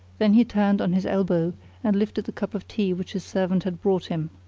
then he turned on his elbow and lifted the cup of tea which his servant had brought him.